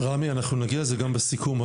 רמי, אנחנו נגיע לזה גם בסיכום.